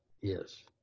yes